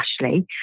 Ashley